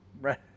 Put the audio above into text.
right